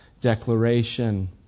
declaration